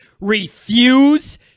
refuse